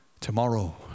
Tomorrow